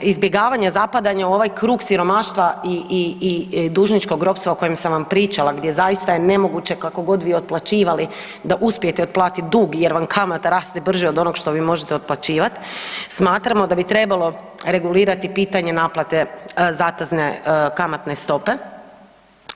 izbjegavanja zapadanja u ovaj krug siromaštva i dužničkog ropstva o kojem sam vam pričala gdje zaista je nemoguće kako god vi otplaćivali da uspijete otplatiti dug jer vam kamata raste brže od onoga što vi možete otplaćivati, smatramo da bi trebalo regulirati pitanje naplate zatezne kamatne stope,